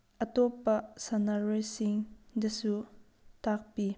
ꯑꯇꯣꯞꯄ ꯁꯥꯟꯅꯔꯣꯏ ꯁꯤꯡꯗꯁꯨ ꯇꯥꯛꯄꯤ